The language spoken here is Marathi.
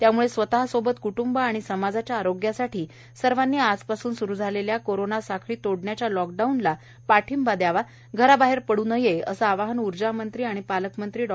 त्याम्ळे स्वतः सोबत क्ट्ंब आणि समाजाच्या आरोग्यासाठी सर्वांनी उद्यापासून स्रू होत असलेल्या कोरोना साखळी तोडण्याच्या लॉकडाऊनला पाठिंबा द्यावा घराबाहेर पडू नये असे आवाहन ऊर्जा मंत्री तथा पालकमंत्री डॉ